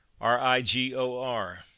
R-I-G-O-R